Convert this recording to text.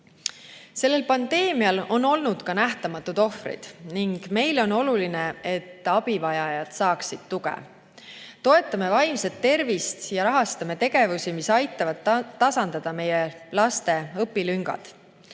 Sellel pandeemial on olnud ka nähtamatud ohvrid ning meile on oluline, et abivajajad saaksid tuge. Toetame vaimset tervist ja rahastame tegevusi, mis aitavad tasandada meie laste õpilüngad.